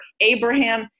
abraham